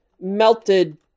melted